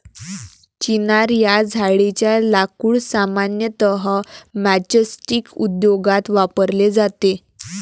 चिनार या झाडेच्या लाकूड सामान्यतः मैचस्टीक उद्योगात वापरले जाते